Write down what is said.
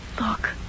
Look